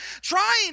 trying